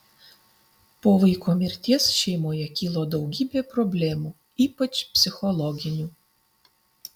po vaiko mirties šeimoje kilo daugybė problemų ypač psichologinių